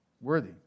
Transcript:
worthy